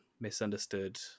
misunderstood